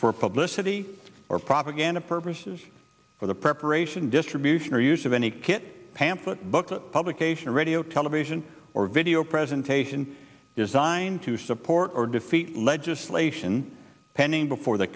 for publicity or propaganda purposes for the preparation distribution or use of any kit pamphlet booklet publication or radio television or video presentation designed to support or defeat legislation pending before the